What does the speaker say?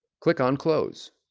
click on close